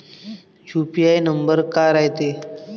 UTR number काय रायते?